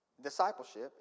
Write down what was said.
Discipleship